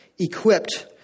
equipped